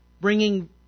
bringing